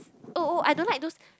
oh oh I don't like those